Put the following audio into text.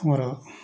ମୋର